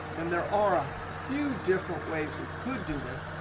and there are a few different ways we could do this.